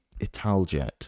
Italjet